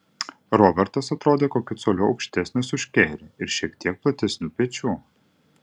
robertas atrodė kokiu coliu aukštesnis už kerį ir šiek tiek platesnių pečių